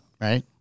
Right